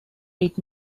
eight